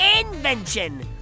Invention